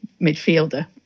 midfielder